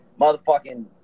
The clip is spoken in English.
motherfucking